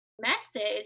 message